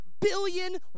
billion